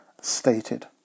stated